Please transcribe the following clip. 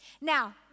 Now